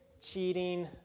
cheating